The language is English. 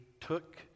took